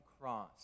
cross